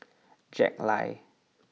Jack Lai